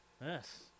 Yes